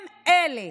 הם אלה